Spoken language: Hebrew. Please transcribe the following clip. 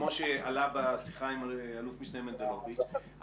כמו שעלה בשיחה עם אל"מ מנדלוביץ',